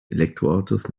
elektroautos